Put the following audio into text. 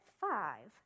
five